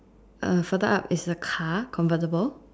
uh further up is the car convertible